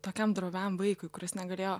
tokiam droviam vaikui kuris negalėjo